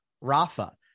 Rafa